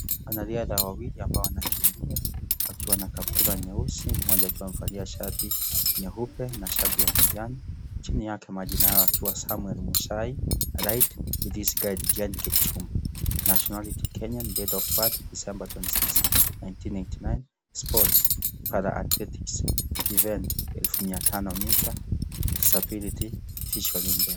Wanariadha wawili ambao wanakimbia wakiwa na kaptura nyeusi, mmoja akiwa amevalia shati nyeupe na shati ya kijani. Chini yake majina yao yakiwa Samwel Mutai na Kipchumba. Nationality : Disemba 1 1989. Sports : Para-athletics ; disability: visually impaired .